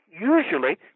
usually